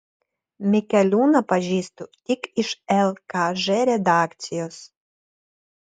mikeliūną pažįstu tik iš lkž redakcijos